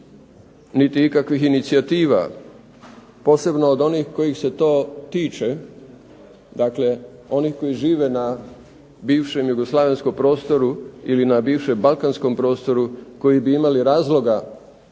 niti ikakvih inicijativa posebno od onih kojih se to tiče, dakle onih koji žive na bivšem jugoslavenskom prostoru ili na bivšem balkanskom prostoru koji bi imali razloga